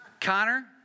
Connor